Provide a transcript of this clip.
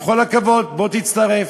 בכל הכבוד, בוא תצטרף.